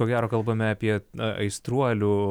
ko gero kalbame apie aistruolių